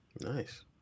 Nice